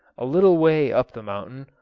a little way up the mountain,